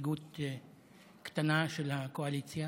נציגות קטנה של הקואליציה,